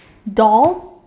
doll